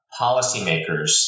policymakers